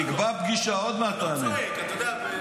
שייתן לי, אני אדבר.